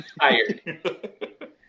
tired